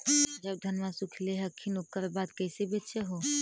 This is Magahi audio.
जब धनमा सुख ले हखिन उकर बाद कैसे बेच हो?